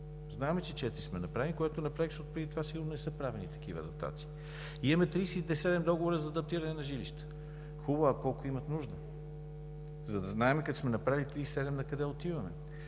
Знаем за четирите – преди това сигурно не са правени такива дотации. Имаме 37 договора за адаптиране на жилища. Хубаво, а колко имат нужда? За да знаем, като сме направили 37, накъде отиваме.